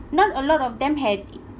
not a lot of them had